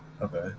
Okay